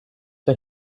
for